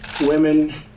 women